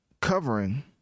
covering